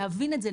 להבין את זה,